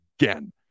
again